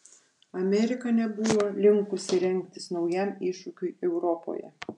amerika nebuvo linkusi rengtis naujam iššūkiui europoje